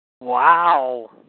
Wow